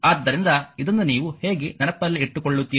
ಆದ್ದರಿಂದಇದನ್ನು ನೀವು ಹೇಗೆ ನೆನಪಲ್ಲಿ ಇಟ್ಟುಕೊಳ್ಳುತ್ತೀರಿ